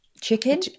chicken